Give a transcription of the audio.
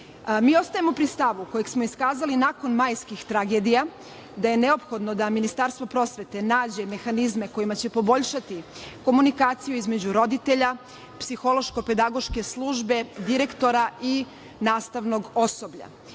ostajemo pri stavu kojeg smo iskazali nakon majskih tragedija, da je neophodno da Ministarstvo prosvete nađe mehanizme koji će poboljšati komunikaciju između roditelja, psihološko pedagoške službe između roditelja,